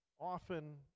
often